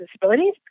disabilities